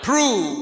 Prove